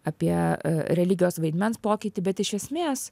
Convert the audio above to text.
apie religijos vaidmens pokytį bet iš esmės